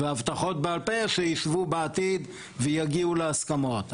והבטחות בעל פה שיישבו בעתיד ויגיעו להסכמות.